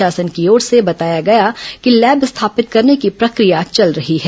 शासन की ओर से बताया गया कि लैब स्थापित करने की प्रक्रिया चल रही है